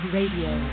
Radio